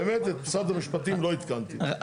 באמת, את משרד המשפטים לא עדכנתי.